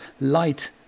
light